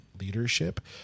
leadership